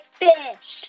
fish